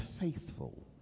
faithful